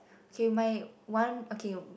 okay my one okay